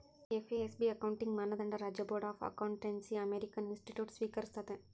FASB accounting ಮಾನದಂಡ ರಾಜ್ಯ board of accountancy American institutes ಸ್ವೀಕರಿಸ್ತತೆ